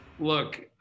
Look